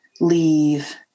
leave